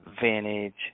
vintage